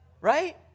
Right